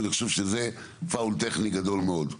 ואני חושב שזה foul טכני גדול מאד,